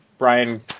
Brian